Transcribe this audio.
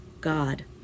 God